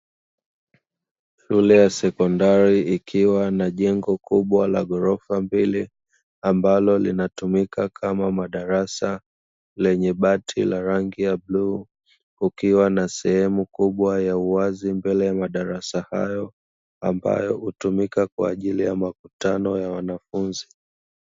Shule ya sekondari ikiwa na jengo kubwa la ghorofa mbili ambalo linatumika kama madarasa, lenye bati la rangi ya bluu kukiwa na sehemu kubwa ya uwazi mbele ya madarasa hayo, ambayo hutumika kwa ajili ya makutano ya wanafunzi.